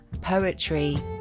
poetry